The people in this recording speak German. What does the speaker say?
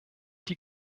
die